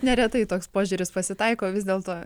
neretai toks požiūris pasitaiko vis dėl to